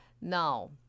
now